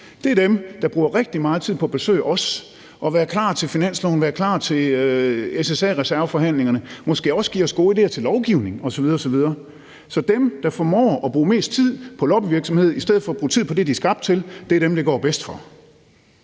bedst, er dem, der bruger rigtig meget tid på at besøge os og være klar til finansloven og være klar til forhandlingerne om SSA-reserven, og som måske også giver os gode idéer til lovgivningen osv. osv. Så dem, der formår at bruge mest tid på lobbyvirksomhed i stedet for at bruge tid på det, de er skabt til, er dem, det går bedst for,